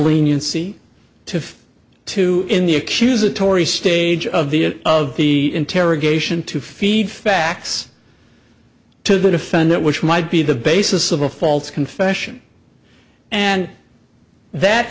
leniency to to in the accusatory stage of the of the interrogation to feed facts to the defendant which might be the basis of a false confession and that